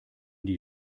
die